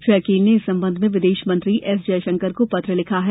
श्री अकील ने इस संबंध में विदेश मंत्री एस जयशंकर को पत्र लिखा है